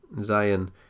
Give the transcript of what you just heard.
Zion